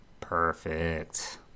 Perfect